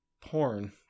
porn